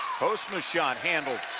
postma shot handled.